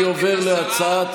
אני עובר להצעת,